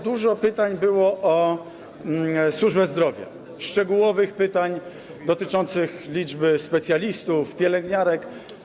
Dużo pytań było o służbę zdrowia, szczegółowych pytań dotyczących liczby specjalistów, pielęgniarek.